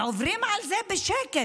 ועוברים על זה בשקט.